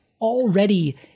already